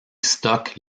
stocke